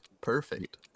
Perfect